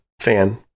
fan